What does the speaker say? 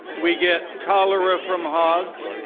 we get cholera from hogs.